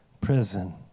prison